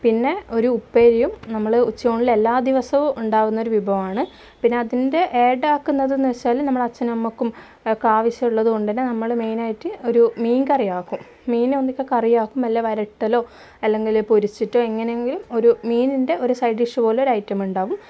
പിന്നെ ഒരു ഉപ്പേരിയും നമ്മൾ ഉച്ചയൂണിൽ എല്ലാ ദിവസവും ഉണ്ടാകുന്നൊരു വിഭവമാണ് പിന്നെ അതിൻ്റെ ഏടാക്കുന്നതെന്ന് വച്ചാൽ നമ്മൾ അച്ഛനും അമ്മയ്ക്കും അവർക്കവശ്യമുള്ളത് കൊണ്ട് തന്നെ നമ്മൾ മെയ്നായിട്ട് ഒരു മീൻ കറി ആക്കും മീൻ ഒന്നിക്കൽ കറിയാക്കും അല്ല വരട്ടലോ അല്ലെങ്കിൽ പൊരിച്ചിട്ടോ എങ്ങനെ എങ്കിലും ഒരു മീനിൻ്റെ ഒരു സൈഡ് ഡിഷ് പോലെ ഒരു ഐറ്റം ഉണ്ടാക്കും